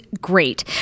great